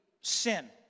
sin